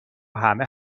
همه